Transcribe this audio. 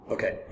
Okay